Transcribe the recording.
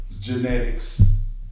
genetics